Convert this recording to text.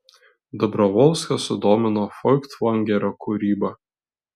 dobrovolską sudomino foichtvangerio kūryba